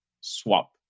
swap